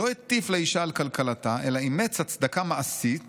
לא הטיף לאישה על 'קלקלתה', אלא אימץ הצדקה מעשית